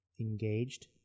engaged